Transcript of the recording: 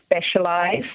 specialized